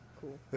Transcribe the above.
Cool